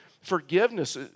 Forgiveness